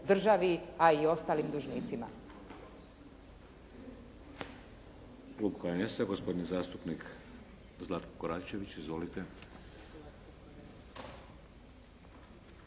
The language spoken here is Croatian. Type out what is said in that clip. a i ostalim dužnicima.